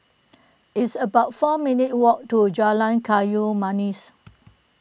it's about four minutes' walk to Jalan Kayu Manis